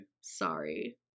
Sorry